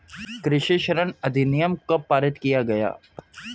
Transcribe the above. कृषि ऋण अधिनियम कब पारित किया गया?